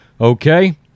Okay